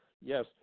yes